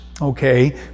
Okay